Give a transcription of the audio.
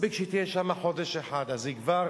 מספיק שהיא תהיה שם חודש אחד, אז כבר